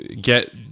get